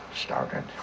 Started